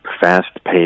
fast-paced